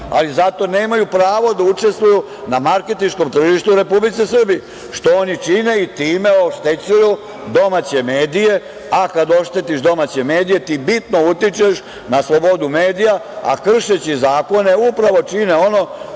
ali zato nemaju pravo da učestvuju na marketinškom tržištu u Republici Srbiji, što oni i čine i time oštećuju domaće medije. Kad oštetiš domaće medije, ti bitno utičeš na slobodu medija, a kršeći zakone, upravo čine ono